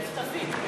מצטרפים.